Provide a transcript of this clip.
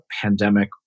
pandemic